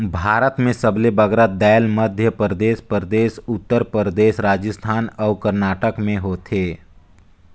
भारत में सबले बगरा दाएल मध्यपरदेस परदेस, उत्तर परदेस, राजिस्थान अउ करनाटक में होथे